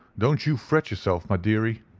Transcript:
don't you fret yourself, my dearie,